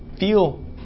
Feel